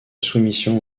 soumission